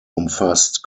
umfasst